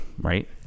right